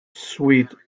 suite